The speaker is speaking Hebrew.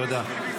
תודה.